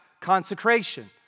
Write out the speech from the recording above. consecration